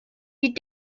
die